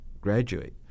graduate